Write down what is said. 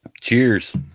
cheers